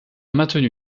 maintenu